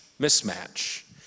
Mismatch